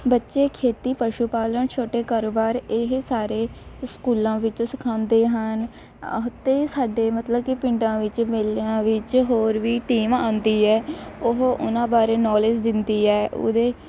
ਬੱਚੇ ਖੇਤੀ ਪਸ਼ੂ ਪਾਲਣ ਛੋਟੇ ਕਾਰੋਬਾਰ ਇਹ ਸਾਰੇ ਸਕੂਲਾਂ ਵਿੱਚ ਸਿਖਾਉਂਦੇ ਹਨ ਅਹ ਅਤੇ ਸਾਡੇ ਮਤਲਬ ਕਿ ਪਿੰਡਾਂ ਵਿੱਚ ਮੇਲਿਆਂ ਵਿੱਚ ਹੋਰ ਵੀ ਟੀਮ ਆਉਂਦੀ ਹੈ ਉਹ ਉਹਨਾਂ ਬਾਰੇ ਨੌਲੇਜ ਦਿੰਦੀ ਹੈ ਉਹਦੇ